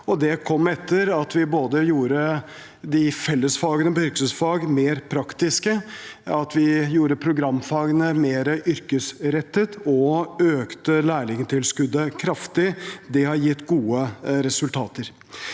det kom etter at vi både gjorde fellesfagene på yrkesfag mer praktiske, gjorde programfagene mer yrkesrettet og økte lærlingtilskuddet kraftig. Det har gitt gode resultater.